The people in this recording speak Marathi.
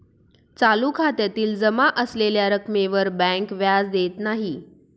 चालू खात्यातील जमा असलेल्या रक्कमेवर बँक व्याज देत नाही